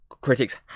critics